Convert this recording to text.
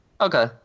Okay